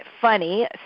funny